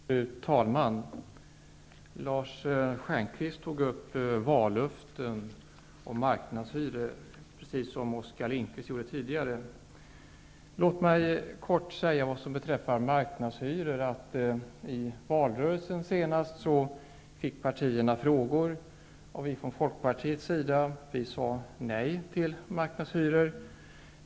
Fru talman! Lars Stjernkvist tog upp vallöften om marknadshyror, precis som Oskar Lindkvist gjorde tidigare. Låt mig kort säga att partierna i den senaste valrörelsen fick frågor om marknadshyror och att vi från folkpartiets sida sade nej till marknadshyror.